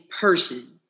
person